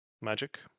magic